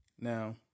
now